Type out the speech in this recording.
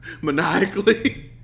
maniacally